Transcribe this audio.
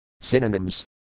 Synonyms